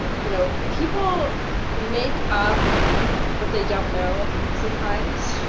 but you know, people make up what they don't know sometimes,